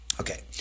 Okay